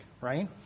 right